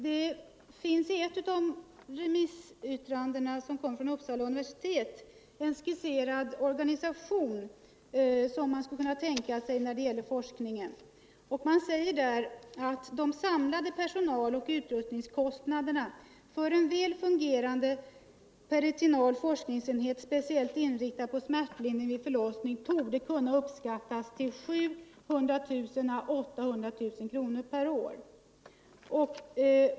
Det finns i ett av remissyttrandena som kommer från Uppsala uni Nr 125 versitet en skisserad organisation som är tänkbar när det gäller forsk Onsdagen den ningen. Enligt detta yttrande skulle de samlade personaloch utrust 20 november 1974 ningskostnaderna för en väl fungerande prenatal forskningsenhet speciellt inriktad på smärtlindring vid förlossning kunna uppskattas till 700 000 — Lantbruksnämnå 800 000 kronor per år.